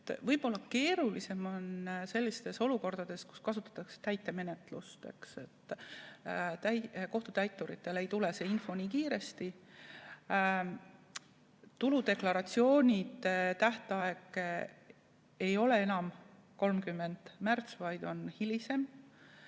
Võib-olla keerulisem on sellistes olukordades, kus kasutatakse täitemenetlust. Kohtutäituritele ei tule see info nii kiiresti. Tuludeklaratsioonide tähtaeg ei ole enam 30. märts, vaid on hilisem,